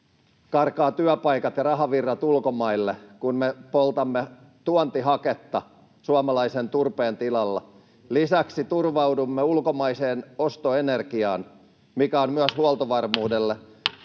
karkaavat työpaikat ja rahavirrat ulkomaille, kun me poltamme tuontihaketta suomalaisen turpeen tilalla. Lisäksi turvaudumme ulkomaiseen ostoenergiaan, mikä on [Puhemies